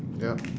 yup